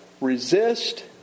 resist